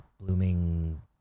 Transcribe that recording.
Blooming